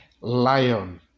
lion